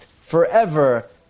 forever